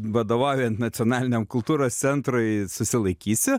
vadovaujant nacionaliniam kultūros centrui susilaikysiu